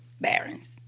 Barons